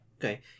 Okay